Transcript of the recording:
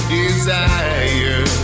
desire